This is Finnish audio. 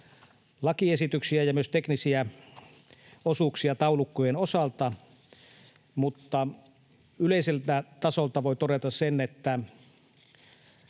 lakiesityksiä ja myös teknisiä osuuksia taulukkojen osalta, mutta yleiseltä tasolta voi todeta sen, että